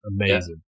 amazing